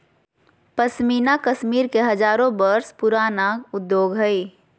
पश्मीना कश्मीर के हजारो वर्ष पुराण उद्योग हइ